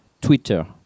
Twitter